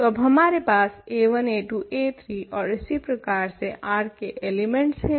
तो अब हमारे पास a1 a2 a3 ओर इसी प्रकार से R के एलिमेंट्स हैं